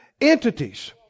entities